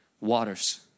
Waters